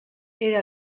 era